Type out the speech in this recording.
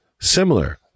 similar